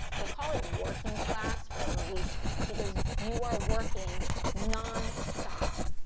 they call it working class for reason. because you are working non-stop.